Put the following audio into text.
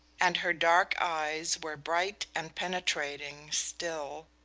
and her dark eyes were bright and penetrating still.